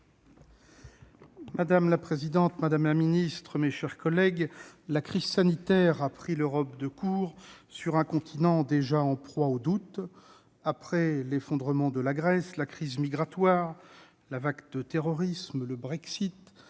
Madame la présidente, madame la secrétaire d'État, mes chers collègues, la crise sanitaire a pris l'Europe de court. Sur un continent déjà en proie au doute, après l'effondrement de la Grèce, la crise migratoire, la vague de terrorisme, le Brexit,